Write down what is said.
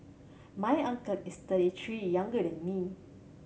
my uncle is thirty three younger than me